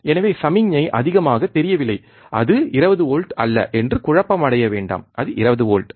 எனவே சமிக்ஞை அதிகமாகத் தெரியவில்லை அது 20 வோல்ட் அல்ல என்று குழப்பமடைய வேண்டாம் அது 20 வோல்ட்